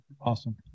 Awesome